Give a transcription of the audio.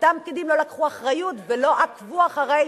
אותם פקידים לא לקחו אחריות ולא עקבו אחרי